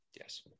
Yes